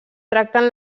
tracten